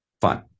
Fine